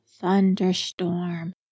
thunderstorm